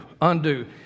Undo